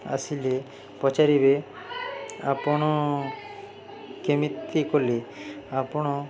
ଆସିଲେ ପଚାରିବେ ଆପଣ କେମିତି କଲେ ଆପଣ